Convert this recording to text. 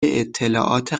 اطلاعات